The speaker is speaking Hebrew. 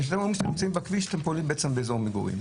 וכשאתם פוגעים בכביש אתם פוגעים באזור מגורים.